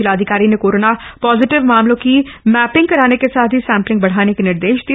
जिलाधिकारी ने corona positive मामलों की मैपिंग कराने के साथ ही सैम्पलिंग बढ़ाने के निर्देश दिए